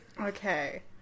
Okay